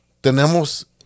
tenemos